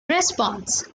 response